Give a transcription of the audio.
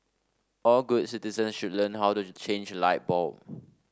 all good citizens should learn how to change a light bulb